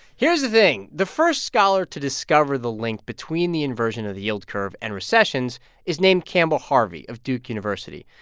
here's the thing, the first scholar to discover the link between the inversion of the yield curve and recessions is named campbell harvey of duke university.